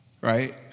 right